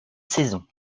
saison